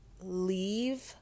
leave